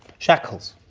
shackles.